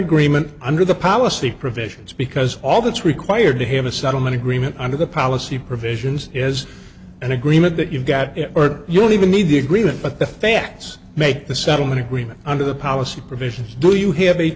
agreement under the policy provisions because all that's required to have a settlement agreement under the policy provisions is an agreement that you've got or you don't even need the agreement but the facts make the settlement agreement under the policy provisions do you have a